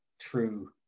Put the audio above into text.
true